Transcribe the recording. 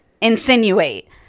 insinuate